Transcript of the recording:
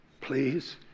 Please